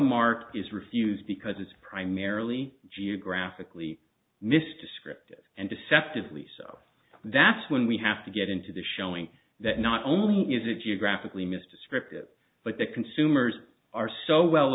mark is refused because it's primarily geographically missed descriptive and deceptively that's when we have to get into the showing that not only is it geographically mis descriptive but that consumers are so well